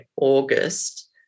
August